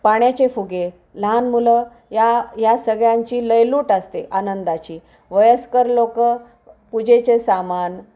पाण्याचे फुगे लहान मुलं या या सगळ्यांची लयलूट असते आनंदाची वयस्कर लोकं पूजेचे सामान